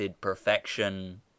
perfection